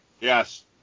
Yes